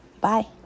Bye